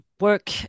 work